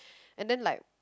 and then like